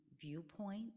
viewpoint